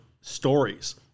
stories